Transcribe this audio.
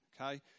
okay